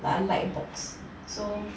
like light box so